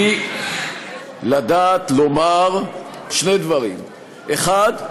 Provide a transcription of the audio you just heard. הוא לדעת לומר שני דברים: האחד,